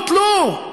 תלו,